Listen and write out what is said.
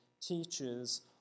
teaches